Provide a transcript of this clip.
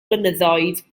blynyddoedd